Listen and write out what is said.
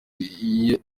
ijya